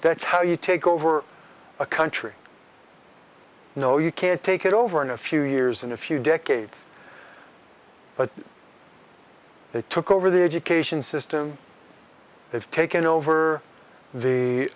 that's how you take over a country no you can't take it over in a few years in a few decades but they took over the education system they've taken over